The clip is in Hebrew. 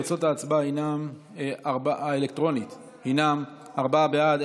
תוצאות ההצבעה האלקטרונית הן ארבעה בעד,